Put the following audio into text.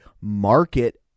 market